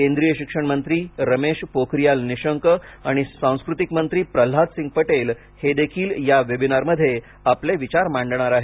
केंद्रीय शिक्षण मंत्री रमेश पोखरीयाल निशंक आणि सांस्कृतिक मंत्री प्रल्हादसिंग पटेल हे देखील या वेबिनारमध्ये आपले विचार मांडणार आहेत